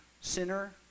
sinner